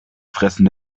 fressen